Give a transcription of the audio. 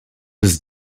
his